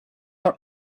are